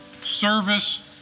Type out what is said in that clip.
service